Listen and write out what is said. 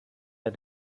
der